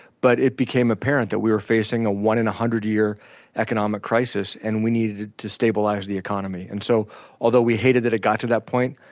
but it became apparent that we were facing a one in one hundred year economic crisis and we needed to stabilize the economy. and so although we hated that it got to that point,